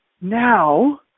now